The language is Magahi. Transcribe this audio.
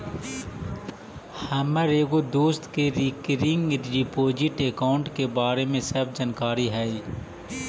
हमर एगो दोस्त के रिकरिंग डिपॉजिट अकाउंट के बारे में सब जानकारी हई